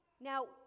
Now